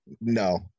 no